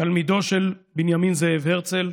תלמידם של בנימין זאב הרצל,